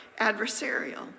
adversarial